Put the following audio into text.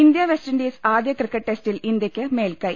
India West Indies ആദ്യ cricket ടെസ്റ്റിൽ ഇന്ത്യക്ക് മേൽക്കൈ